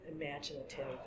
imaginative